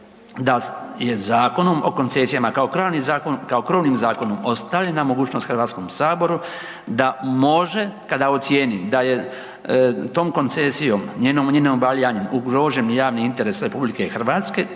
da je Zakonom o koncesijama kao krovnim zakonom ostavljena mogućnost Hrvatskom saboru da može kada ocijeni da je tom koncesijom, njenim obavljanjem javnim, ugrožen javni interes RH to se